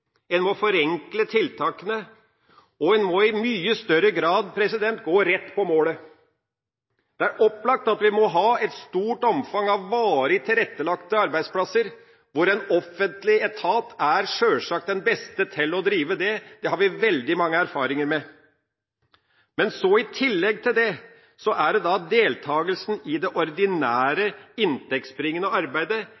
En må forenkle tiltakene, og en må i mye større grad gå rett på målet. Det er opplagt at vi må ha et stort omfang av varig tilrettelagte arbeidsplasser, som en offentlig etat sjølsagt er den beste til å drive. Det har vi veldig mange erfaringer med. I tillegg kommer deltakelsen i det ordinære, inntektsbringende arbeidet – enten det er en offentlig arbeidsgiver eller en privat arbeidsgiver. Her er det,